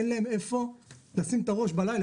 אין להם איפה לשים את הראש בלילה,